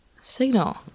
signal